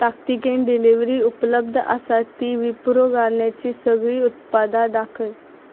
ताकतिकेन डिलिव्हरी उपलब्ध आसा ती विप्रो गार्नेटची सगळीं उत्पादां दाखय